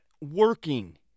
working